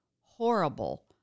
horrible